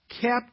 kept